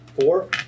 Four